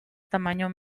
tamaño